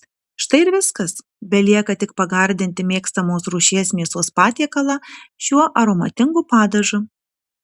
štai ir viskas belieka tik pagardinti mėgstamos rūšies mėsos patiekalą šiuo aromatingu padažu